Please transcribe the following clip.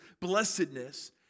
blessedness